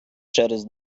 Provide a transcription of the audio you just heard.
через